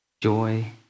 Joy